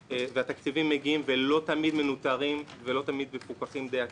והתקציבים מגיעים ולא תמיד מנוטרים ולא תמיד מפוקחים די הצורך.